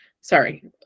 Sorry